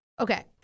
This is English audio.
okay